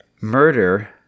murder